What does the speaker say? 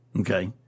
Okay